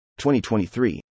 2023